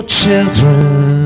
children